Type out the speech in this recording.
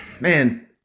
man